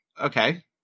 Okay